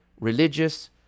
religious